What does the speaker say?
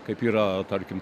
kaip yra tarkim